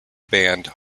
band